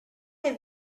have